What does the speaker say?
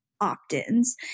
opt-ins